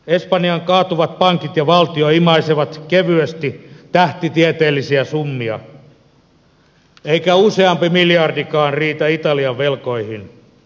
espanjan kaatuvat pankit ja valtio imaisevat kevyesti tähtitieteellisiä summia eikä useampi miljardikaan riitä italian velkoihin